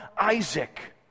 Isaac